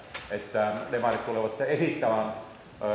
että demarit tulevat esittämään